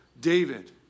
David